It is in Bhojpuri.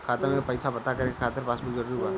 खाता में पईसा पता करे के खातिर पासबुक जरूरी बा?